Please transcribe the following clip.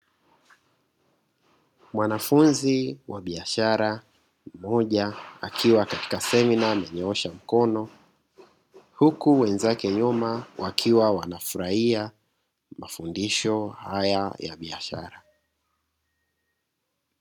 Mwanafunzi wa biashara mmoja akiwa kwenye semina amenyoosha mkono huku wenzake nyuma wakiwa wanafurahia mafundisho haya ya biashara.